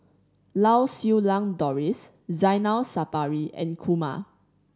Lau Siew Lang Doris Zainal Sapari and Kumar